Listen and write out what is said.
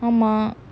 ஆமா:ama